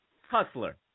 Hustler